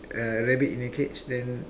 a rabbit in a cage then